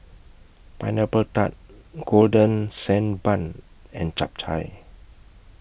Pineapple Tart Golden Sand Bun and Chap Chai